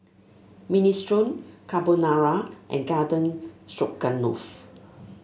Minestrone Carbonara and Garden Stroganoff